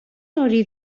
hori